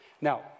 Now